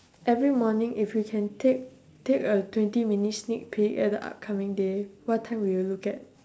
every morning if you can take take a twenty minute sneak peek at the upcoming day what time will you look at